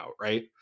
right